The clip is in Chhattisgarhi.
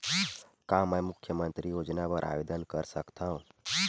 का मैं मुख्यमंतरी योजना बर आवेदन कर सकथव?